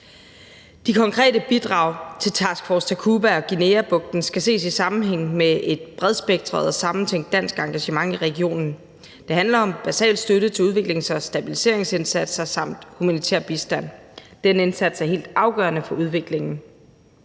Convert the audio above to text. De konkrete bidrag til Task Force Takuba og Guineabugten skal ses i sammenhæng med et bredspektret og samtænkt dansk engagement i regionen. Det handler om basal støtte til udviklings- og stabiliseringsindsatser samt humanitær bistand. Den indsats er helt afgørende for udviklingen.